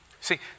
See